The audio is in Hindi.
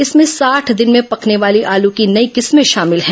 इसमें साठ दिन में पकने वाली आलू की नई किस्में शामिल हैं